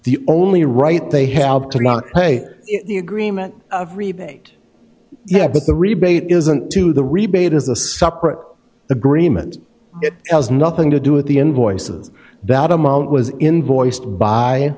the only right they have to pay the agreement of rebate yeah but the rebate isn't to the rebate is a separate agreement it has nothing to do with the invoices doubt amount was invoiced by